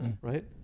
right